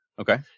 Okay